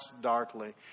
darkly